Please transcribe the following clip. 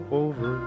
over